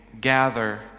gather